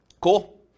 cool